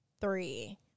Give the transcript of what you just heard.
three